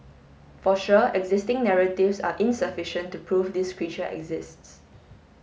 for sure existing narratives are insufficient to prove this creature exists